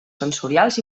sensorials